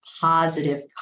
positive